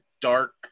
dark